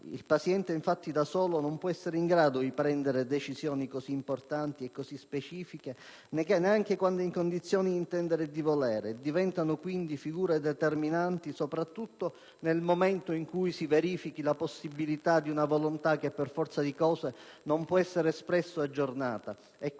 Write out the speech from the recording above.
Il paziente infatti da solo non può essere in grado di prendere decisioni così importanti e così specifiche, neanche quando è in condizioni di intendere e di volere, e diventano quindi figure determinanti soprattutto nel momento in cui si verifichi la possibilità di una volontà che per forza di cose non può essere espressa o aggiornata